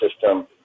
system